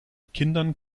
kindern